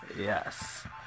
yes